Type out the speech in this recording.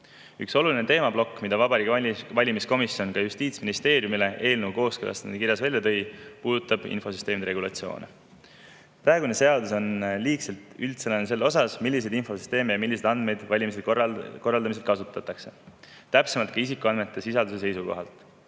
Üks oluline teemaplokk, mille Vabariigi Valimiskomisjon ka Justiitsministeeriumile eelnõu kooskõlastamise kirjas välja tõi, puudutab infosüsteemide regulatsioone. Praegune seadus on liigselt üldsõnaline selles, milliseid infosüsteeme ja milliseid andmeid valimiste korraldamisel kasutatakse, seda ka isikuandmete sisalduse seisukohalt.